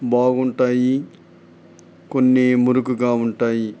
బాగుంటాయి కొన్ని మురికిగా ఉంటాయి